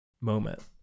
moment